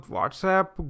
WhatsApp